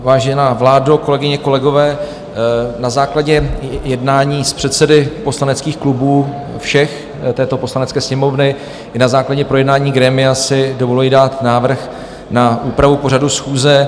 Vážená vládo, kolegyně, kolegové, na základě jednání s předsedy všech poslaneckých klubů této Poslanecké sněmovny i na základě projednání grémia, si dovoluji dát návrh na úpravu pořadu schůze.